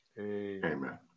Amen